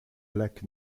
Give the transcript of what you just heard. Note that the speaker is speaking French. lac